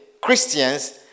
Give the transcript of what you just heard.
Christians